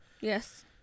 Yes